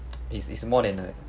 it's it's more than a